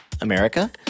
America